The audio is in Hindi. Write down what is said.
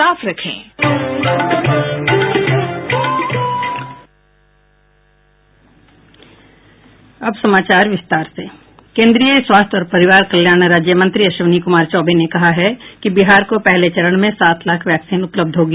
साउंड बाईट केंद्रीय स्वास्थ्य और परिवार कल्याण राज्य मंत्री अश्विनी कुमार चौबे ने कहा है कि बिहार को पहले चरण में सात लाख वैक्सीन उपलब्ध होगी